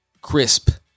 crisp